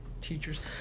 teachers